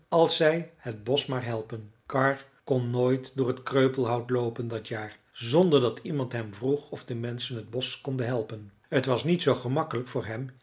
als zij het bosch maar helpen karr kon nooit door het kreupelhout loopen dat jaar zonder dat iemand hem vroeg of de menschen het bosch konden helpen t was niet zoo gemakkelijk voor hem